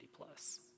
plus